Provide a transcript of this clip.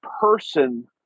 person